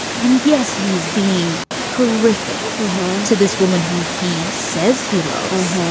and yes, he's being horrific to this woman who he says he loves.